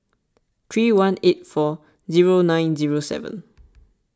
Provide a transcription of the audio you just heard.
three one eight four zero nine zero seven